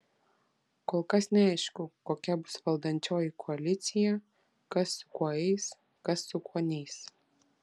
kol kas neaišku kokia bus valdančioji koalicija kas su kuo eis kas su kuo neis